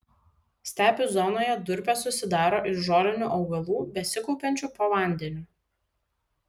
stepių zonoje durpės susidaro iš žolinių augalų besikaupiančių po vandeniu